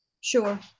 Sure